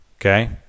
Okay